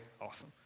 Awesome